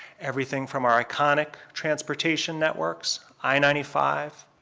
everything from our iconic transportation networks, i ninety five,